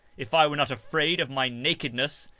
if i were not afraid of my naked ness,